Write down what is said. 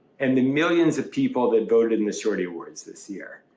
and the millions of people that voted in the sort of awards this year.